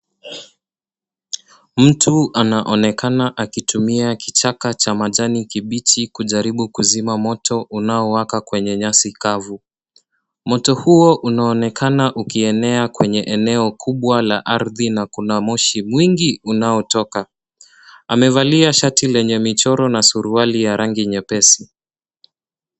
Mtu anaonekana akitumia kichaka cha majani kibichi kujaribu kuzima moto unaowaka kwenye nyasi kavu. Moto huo unaonekana ukienea kwenye eneo kubwa la ardhi na kuna moshi mwingi unaotoka. Amevalia shati lenye michoro na suruali la rangi nyepesi.